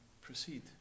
proceed